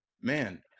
man